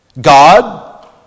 God